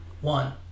One